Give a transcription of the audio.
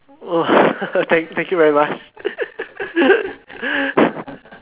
oh thank thank you very much